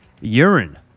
urine